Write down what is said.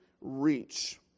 reach